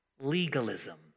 legalism